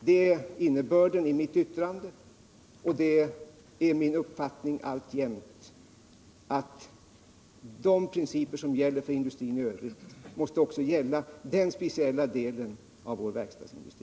Det är innebörden i mitt yttrande. Min uppfattning är alltjämt att de principer som gäller för industrin i övrigt måste gälla även för denna speciella del av vår verkstadsindustri.